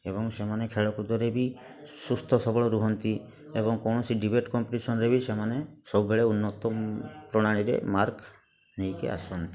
ଏବଂ ସେମାନେ ଖେଳ କୁଦରେ ବି ସୁସ୍ଥ ସବଳ ରୁହନ୍ତି ଏବଂ କୌଣସି ଡିବେଟ୍ କମ୍ପିଟିସନ୍ରେ ବି ସେମାନେ ସବୁବେଳେ ଉନ୍ନତ ପ୍ରଣାଳୀରେ ମାର୍କ୍ ନେଇକି ଆସନ୍ତି